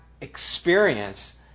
experience